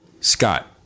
Scott